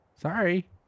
Sorry